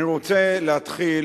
אני רוצה להתחיל,